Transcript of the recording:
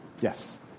Yes